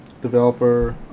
developer